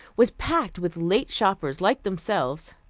was packed with late shoppers like themselves.